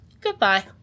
Goodbye